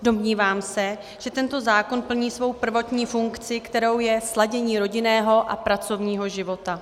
Domnívám se, že tento zákon plní svou prvotní funkci, kterou je sladění rodinného a pracovního života.